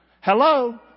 hello